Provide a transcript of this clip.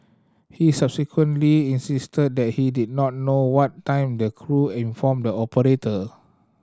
he subsequently insisted that he did not know what time the crew informed the operator